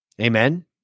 Amen